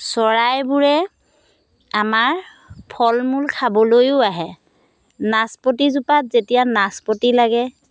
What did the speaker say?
চৰাইবোৰে আমাৰ ফলমূল খাবলৈয়ো আহে নাচপতি জোপাত যেতিয়া নাচপতি লাগে